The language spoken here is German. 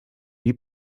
die